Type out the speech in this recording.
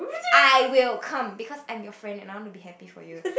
I will come because I'm your friend and I want to be happy for you